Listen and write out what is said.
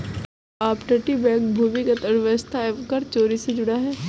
क्या अपतटीय बैंक भूमिगत अर्थव्यवस्था एवं कर चोरी से जुड़ा है?